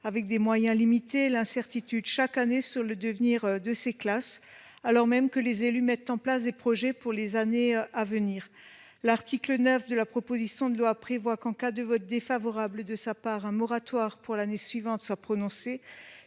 avec des moyens limités, est l'incertitude qui pèse chaque année sur le devenir de ses classes, alors même que les élus mettent en place des projets pour les années à venir. L'article 9 de la proposition de loi prévoit que, en cas de vote défavorable du conseil municipal, un moratoire pour l'année suivante soit prononcé.